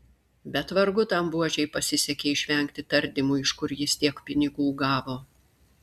bet vargu tam buožei pasisekė išvengti tardymų iš kur jis tiek pinigų gavo